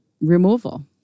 removal